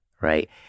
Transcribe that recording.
right